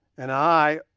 and i,